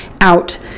out